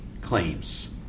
claims